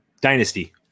dynasty